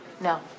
No